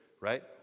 right